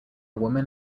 woman